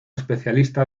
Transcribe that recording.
especialista